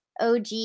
OG